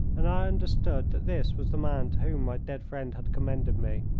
and i understood that this was the man to whom my dead friend had commended me.